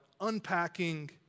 unpacking